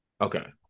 Okay